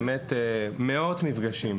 מאות מפגשים,